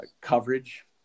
coverage